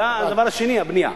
זה הדבר השני, הבנייה.